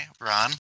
Ron